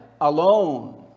alone